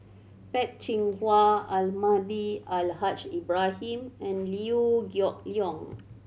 Peh Chin Hua Almahdi Al Haj Ibrahim and Liew Geok Leong